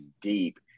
deep